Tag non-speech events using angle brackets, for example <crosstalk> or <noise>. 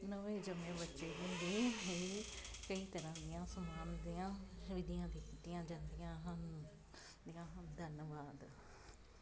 ਨਵੇਂ ਜੰਮੇ ਬੱਚੇ ਦੇ ਲਈ ਕਈ ਤਰ੍ਹਾਂ ਦੀਆਂ <unintelligible> ਵਿਧੀਆਂ ਵੀ ਕੀਤੀਆਂ ਜਾਂਦੀਆਂ ਹਨ ਜਾਂਦੀਆਂ ਹਨ ਧੰਨਵਾਦ